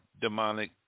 demonic